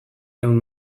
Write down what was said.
ehun